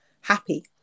happy